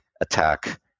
attack